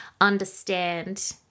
understand